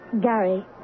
Gary